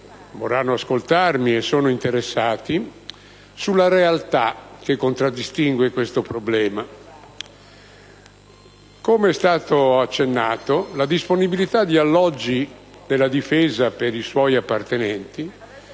vorranno ascoltarmi e sono interessati sulla realtà che contraddistingue questo problema. Come è stato accennato, la disponibilità di alloggi dell'amministrazione della Difesa per i suoi appartenenti